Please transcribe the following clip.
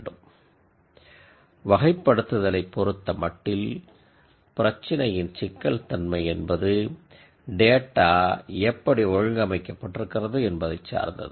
கிளாஸ்ஸிஃபிகேஷனை பொறுத்தமட்டில் பிரச்சினையின் சிக்கல்தன்மை என்பது டேட்டா எப்படி ஒழுங்கமைக்கப்பட்டிருக்கிறது என்பதைச் சார்ந்தது